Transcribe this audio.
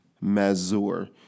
Mazur